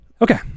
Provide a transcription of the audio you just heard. Okay